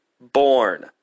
born